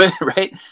Right